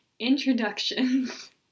introductions